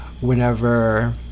whenever